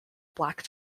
black